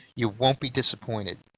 you won't be disappointed.